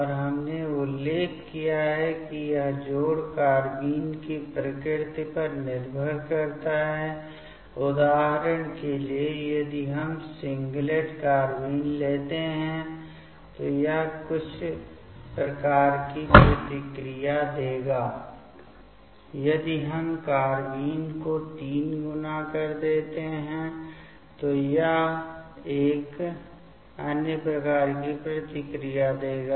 और हमने उल्लेख किया है कि यह जोड़ कार्बेन की प्रकृति पर निर्भर करता है उदाहरण के लिए यदि हम सिंगलेट कार्बाइन लेते हैं तो यह कुछ प्रकार की प्रतिक्रियाएं देगा यदि यह कार्बाइन को तीन गुना कर देता है तो यह एक अन्य प्रकार की प्रतिक्रिया देगा